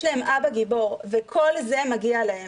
יש להם אבא גיבור, וכל זה מגיע להם.